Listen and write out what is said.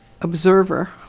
observer